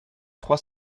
trois